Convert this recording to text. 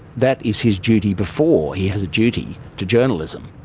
that is his duty before he has a duty to journalism.